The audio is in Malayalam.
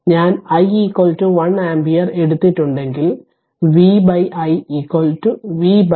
ഞാൻ i 1 ആമ്പിയർ എടുത്തിട്ടുണ്ടെങ്കിൽ V i V 1 V